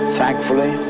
thankfully